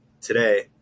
today